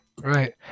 Right